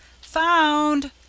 found